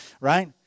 Right